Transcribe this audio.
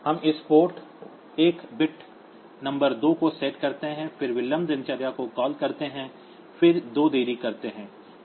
हम इस port 1 bit number 2 को सेट करते हैं फिर विलंब दिनचर्या को कॉल करते हैं फिर दो देरी करते हैं